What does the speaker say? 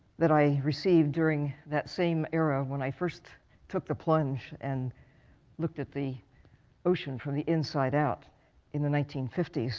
that i received during that same era when i first took the plunge and looked at the ocean from the inside out in the nineteen fifty s.